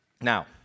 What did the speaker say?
Now